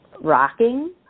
rocking